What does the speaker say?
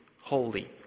holy